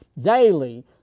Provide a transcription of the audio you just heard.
daily